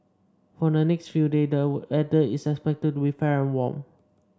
for the next few day the weather is expected to be fair and warm